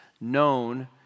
known